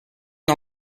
une